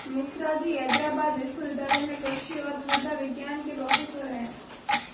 मिश्राजी हैदराबाद विश्वविद्यालय में कृषि और मृदा विज्ञान के प्रोफेसर हैं